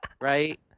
right